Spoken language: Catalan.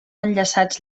enllaçats